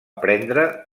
prendre